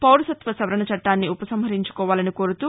పౌరసత్వ సవరణ చట్టాన్ని ఉపసంహరించుకోవాలని కోరుతూ